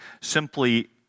simply